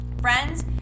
Friends